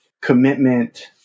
commitment